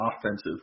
offensive